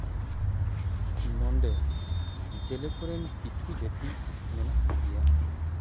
ᱱᱚᱸᱰᱮ ᱡᱮᱞᱮ ᱠᱚᱨᱮᱱ ᱠᱤᱪᱷᱩ ᱡᱟᱹᱛᱤ ᱢᱮᱱᱟᱜ ᱠᱚᱜᱮᱭᱟ